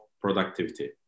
productivity